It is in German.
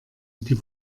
die